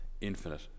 infinite